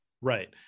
Right